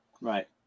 right